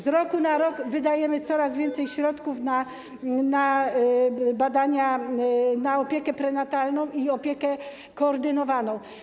Z roku na rok wydajemy coraz więcej środków na badania, na opiekę prenatalną i opiekę koordynowaną.